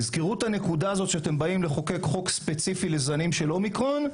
תזכרו את זה כשאתם באים לחוקק חוק ספציפי לזנים של אומיקרון.